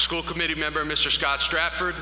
school committee member mr scott stratford